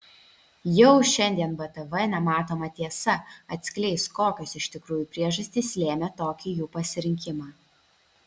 jau šiandien btv nematoma tiesa atskleis kokios iš tikrųjų priežastys lėmė tokį jų pasirinkimą